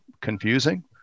confusing